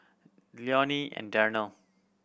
Leonie and Darnell